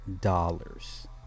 dollars